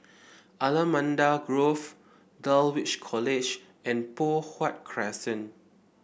Allamanda Grove Dulwich College and Poh Huat Crescent